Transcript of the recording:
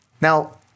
Now